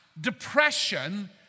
depression